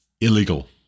illegal